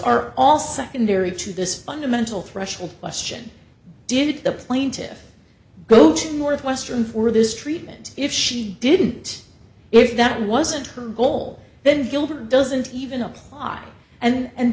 are all secondary to this fundamental threshold question did the plaintiffs go to northwestern for this treatment if she didn't if that wasn't her goal then gilbert doesn't even apply and